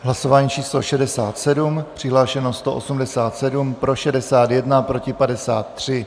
V hlasování číslo 67 přihlášeno 187, pro 61, proti 53.